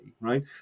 right